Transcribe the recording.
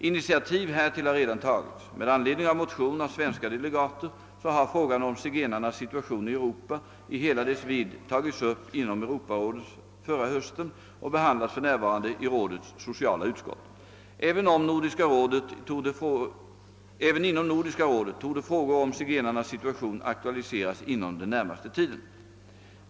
Initiativ härtill har redan tagits. Med anledning av motion av svenska delegater har frågan om zigenarnas situation i Europa i hela dess vidd tagits upp inom Europarådet förra hösten och behandlas för närvarande i rådets sociala utskott. även inom Nordiska rådet torde frågor om zigenarnas situation aktualiseras inom den närmaste tiden.